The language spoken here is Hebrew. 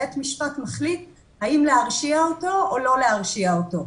בית משפט מחליט האם להרשיע אותו או לא להרשיע אותו.